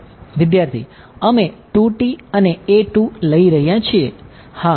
વિદ્યાર્થી અમે T 2 અને a 2 લઈ રહ્યા છીએ